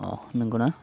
अ' नोंगौना